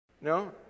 No